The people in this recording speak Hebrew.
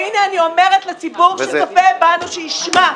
והנה, אני אומרת לציבור שצופה בנו שישמע.